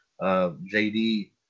jd